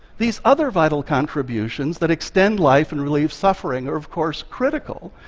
these other vital contributions that extend life and relieve suffering are, of course, critical,